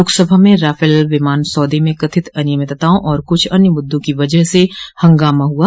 लोकसभा में राफल विमान सौदे में कथित अनियमितताओं और कुछ अन्य मुद्दों की वजह से हंगामा हुआ